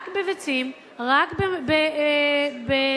רק בביצים, רק בלחם,